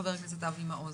חבר הכנסת אבי מעוז.